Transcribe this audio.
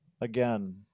again